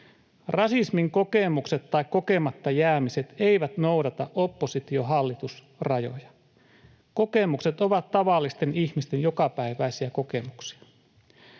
Rasismin kokemukset tai kokematta jäämiset eivät noudata oppositio—hallitus-rajoja. Kokemukset ovat tavallisten ihmisten jokapäiväisiä kokemuksia.